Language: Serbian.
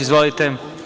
Izvolite.